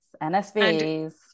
NSVs